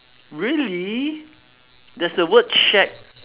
really there's the word shack